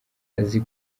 azi